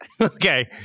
Okay